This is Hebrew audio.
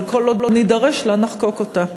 אבל כל עוד נידרש לה נחוקק אותה.